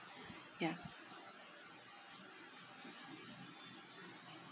ya